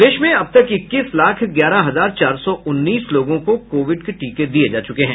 प्रदेश में अब तक इक्कीस लाख ग्यारह हजार चार सौ उन्नीस लोगों को कोविड के टीके दिये जा चुके हैं